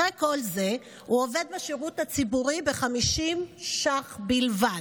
אחרי כל זה הוא עובד בשירות הציבורי ב-50 שקלים בלבד.